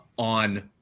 on